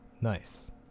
Nice